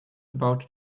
about